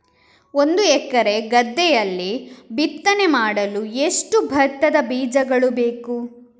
ಒಂದು ಎಕರೆ ಗದ್ದೆಯಲ್ಲಿ ಬಿತ್ತನೆ ಮಾಡಲು ಎಷ್ಟು ಭತ್ತದ ಬೀಜಗಳು ಬೇಕು?